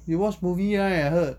you watch movie right I heard